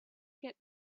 get